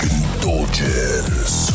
Indulgence